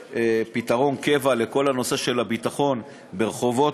פתרון קבע לכל הנושא של הביטחון ברחובותינו.